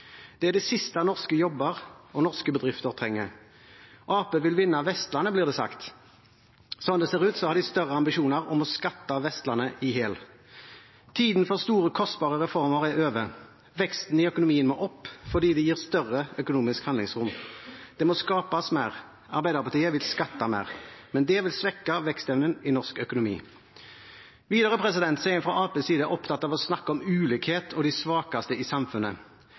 Det er det siste norske jobber og norske bedrifter trenger. Arbeiderpartiet vil vinne Vestlandet, blir det sagt. Slik det ser ut, har de større ambisjoner om å skatte Vestlandet i hjel. Tiden for store, kostbare reformer er over. Veksten i økonomien må opp, fordi det gir større økonomisk handlingsrom. Det må skapes mer. Arbeiderpartiet vil skatte mer, men det vil svekke vekstevnen i norsk økonomi. Videre er en fra Arbeiderpartiets side opptatt av å snakke om ulikhet og de svakeste i samfunnet.